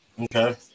Okay